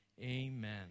Amen